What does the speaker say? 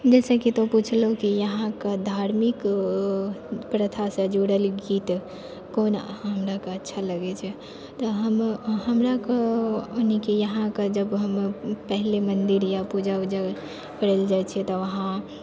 जैसैकि कुछ लोग यहाँके धार्मिक प्रथासँ जुड़ल गीत कोन हमराके अच्छा लगै छै तऽ हम हमराके नीक नहाकऽ जब हम पहिने मन्दिर पूजा उजा करै लअ जाइ छियै तऽ वहाँ